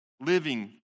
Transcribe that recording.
living